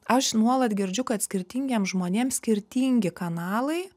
aš nuolat girdžiu kad skirtingiems žmonėms skirtingi kanalai